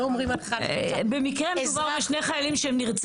לא אומרים על חייל נרצח.